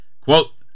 quote